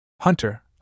Hunter